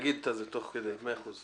את השינויים תוך כדי.